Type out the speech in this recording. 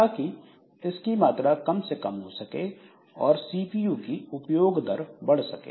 ताकि इसकी मात्रा कम से कम हो सके और सीपीयू की उपयोग दर बढ़ सके